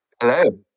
Hello